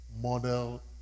Model